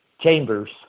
Chambers